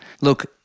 look